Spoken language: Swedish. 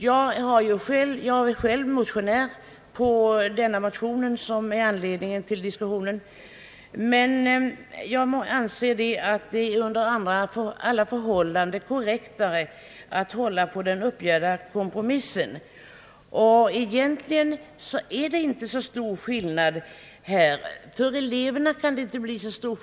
Jag är ju själv motionär i den fråga som givit upphov till diskussionen, men jag anser att det under alla förhållanden är mera korrekt att hålla sig till den uppgjorda kompromissen. Skillnaden blir faktiskt inte så stor.